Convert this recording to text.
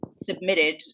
submitted